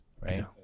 right